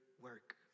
work